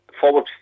forward